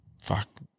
Fuck